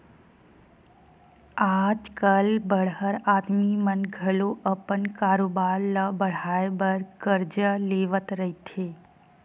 आज कल बड़हर आदमी मन घलो अपन कारोबार ल बड़हाय बर करजा लेवत रहिथे